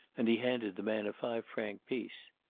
and he handed the man a five-franc piece.